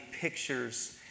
pictures